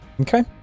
Okay